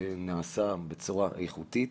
נעשו בצורה איכותית